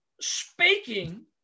speaking